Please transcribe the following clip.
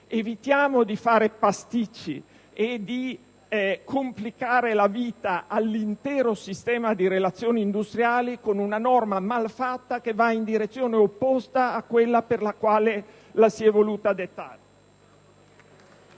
evitare di fare pasticci e di complicare la vita all'intero sistema di relazioni industriali con una norma malfatta che o è inutile, o va nella direzione opposta a quella per la quale si è voluto dettarla.